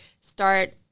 start